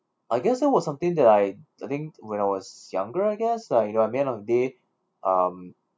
I guess there was something that I I think when I was younger I guess like you know at the end of day um